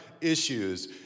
issues